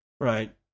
right